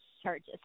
charges